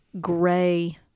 gray